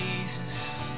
Jesus